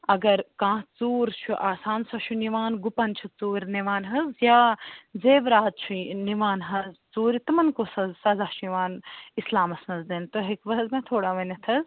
اگر کانٛہہ ژوٗر چھُ آسان سُہ چھُ نِوان گُپَن چھُ ژوٗرِ نِوان حظ یا زیٚورات چھِ نِوان حظ ژوٗرِ تِمَن کُس حظ سزا چھُ یِوان اِسلامَس منٛز دِنہٕ تُہۍ ہٮ۪کِوٕ حظ مےٚ تھوڑا ؤنِتھ حظ